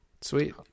sweet